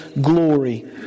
glory